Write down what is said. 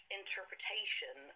interpretation